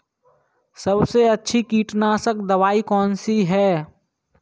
सबसे अच्छी कीटनाशक दवाई कौन सी है?